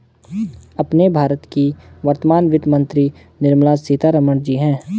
अपने भारत की वर्तमान वित्त मंत्री निर्मला सीतारमण जी हैं